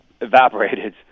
evaporated